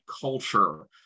culture